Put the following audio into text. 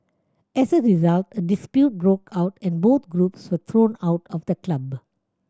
as a result a dispute broke out and both groups were thrown out of the club